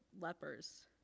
lepers